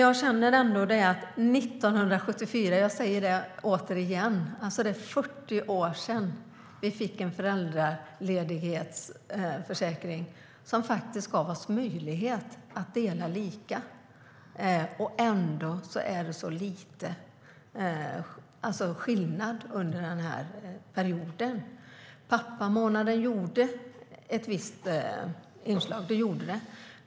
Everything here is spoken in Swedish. Jag säger återigen att det var 1974, alltså för 40 år sedan, som vi fick en föräldraledighetsförsäkring som gav oss möjlighet att dela lika. Ändå har det varit en så liten skillnad under den här perioden, även om pappamånaden hade ett visst genomslag.